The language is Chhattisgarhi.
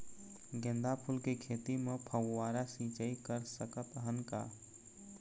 गेंदा फूल के खेती म फव्वारा सिचाई कर सकत हन का?